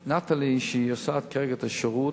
"נטלי", שנותנת כרגע את השירות,